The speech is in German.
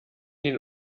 den